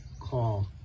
call